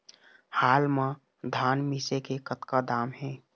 हाल मा धान मिसे के कतका दाम हे?